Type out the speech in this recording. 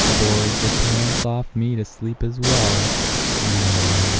bores the pants off me to sleep as well yawn!